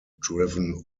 driven